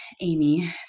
Amy